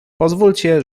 pozwólcie